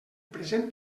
present